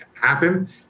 happen